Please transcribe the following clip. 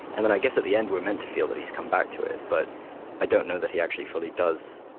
and then i guess at the end, we're meant to feel that he's come back to it. but i don't know that he actually fully does